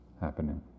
happening